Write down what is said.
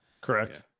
Correct